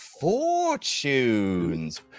fortunes